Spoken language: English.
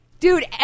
Dude